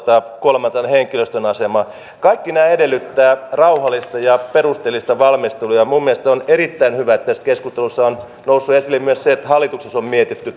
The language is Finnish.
kolmantena henkilöstön asema kaikki nämä edellyttävät rauhallista ja perusteellista valmistelua ja minun mielestäni on erittäin hyvä että tässä keskustelussa on noussut esille myös se että hallituksessa on mietitty